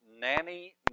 Nanny